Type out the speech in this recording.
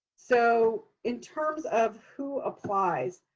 so in terms of who applies,